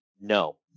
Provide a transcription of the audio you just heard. no